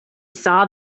saw